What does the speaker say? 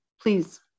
please